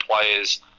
players